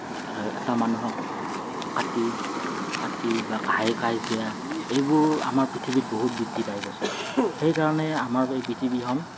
এটা মানুহক কাটি কাটি বা হাই কাজিয়া এইবোৰ আমাৰ পৃথিৱীত বহুত বৃদ্ধি পাই গৈছে সেইকাৰণে আমাৰ পৃথিৱীখন